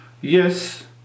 yes